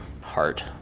heart